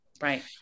Right